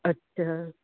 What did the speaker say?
ਅੱਛਾ